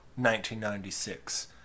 1996